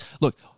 Look